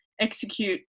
execute